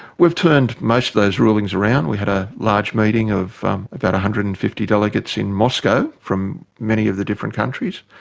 we've turned most of those rulings around. we had a large meeting of um about one hundred and fifty delegates in moscow from many of the different countries,